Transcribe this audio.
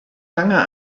lange